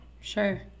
Sure